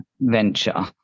venture